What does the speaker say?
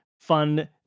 fun